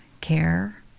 care